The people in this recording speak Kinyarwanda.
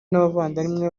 n’abavandimwe